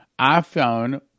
iPhone